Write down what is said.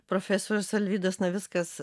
profesorius alvydas navickas